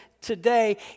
today